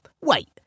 wait